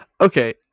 Okay